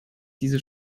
diese